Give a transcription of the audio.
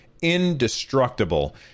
indestructible